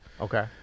Okay